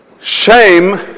shame